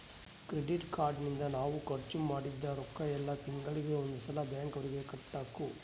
credit card ನಿಂದ ನಾವ್ ಖರ್ಚ ಮದಿದ್ದ್ ರೊಕ್ಕ ಯೆಲ್ಲ ತಿಂಗಳಿಗೆ ಒಂದ್ ಸಲ ಬ್ಯಾಂಕ್ ಅವರಿಗೆ ಕಟ್ಬೆಕು